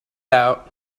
out